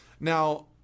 Now